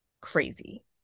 crazy